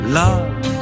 love